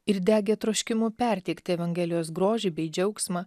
ir degė troškimu perteikti evangelijos grožį bei džiaugsmą